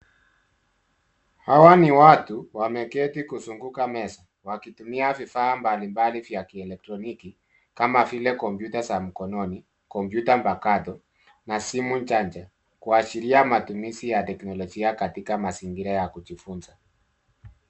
Hawa ni watu wameketi kuzunguka meza wakitumia vifaa mbalimbali vya kieletroniki, kama vile kompyuta za mkononi, kompyuta mpakato na simu janja, kuashiria matumizi ya teknolojia katika mazingira ya kujifunza.